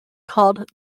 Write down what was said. called